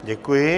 Děkuji.